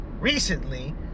recently